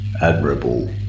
admirable